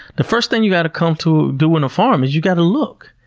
the first thing you got to come to doing a farm is you got to look.